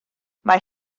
mae